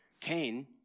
Cain